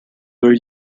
were